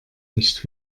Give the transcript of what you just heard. nicht